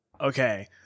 Okay